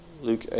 Luke